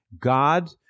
God